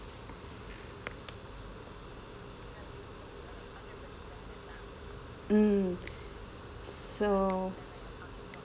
um so